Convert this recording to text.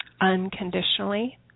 unconditionally